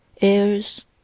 airs